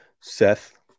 Seth